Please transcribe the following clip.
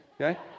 okay